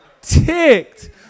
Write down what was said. ticked